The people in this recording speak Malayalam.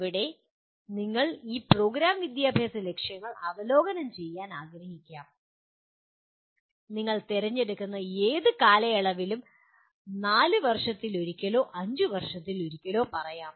ഇവിടെ നിങ്ങൾ ഈ പ്രോഗ്രാം വിദ്യാഭ്യാസ ലക്ഷ്യങ്ങൾ അവലോകനം ചെയ്യാൻ ആഗ്രഹിക്കാം നിങ്ങൾ തിരഞ്ഞെടുക്കുന്ന ഏത് കാലയളവിലും നാല് വർഷത്തിലൊരിക്കലോ അഞ്ച് വർഷത്തിലൊരിക്കലോ പറയാം